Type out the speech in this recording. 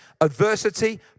Adversity